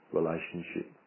relationship